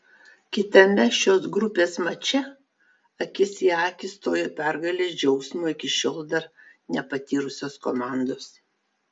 kitame šios grupės mače akis į akį stojo pergalės džiaugsmo iki šiol dar nepatyrusios komandos